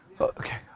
Okay